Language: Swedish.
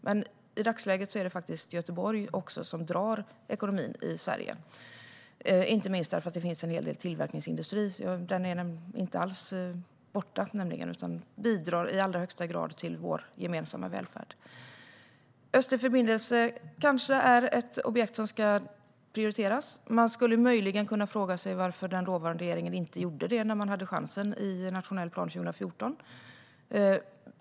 Men i dagsläget är det faktiskt också Göteborg som drar ekonomin i Sverige, inte minst därför att det finns en hel del tillverkningsindustri. Den är inte alls borta utan bidrar i allra högsta grad till vår gemensamma välfärd. Östlig förbindelse kanske är ett objekt som ska prioriteras. Man skulle möjligen kunna fråga sig varför den dåvarande regeringen inte gjorde det när den hade chansen i nationell plan 2014.